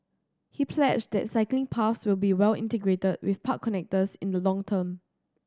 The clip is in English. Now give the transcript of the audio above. he pledged that cycling paths will be well integrated with park connectors in the long term